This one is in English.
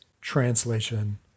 translation